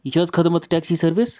یہِ چھا حظ خدمت ٹیکسی سٔروِس